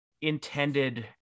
intended